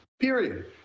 period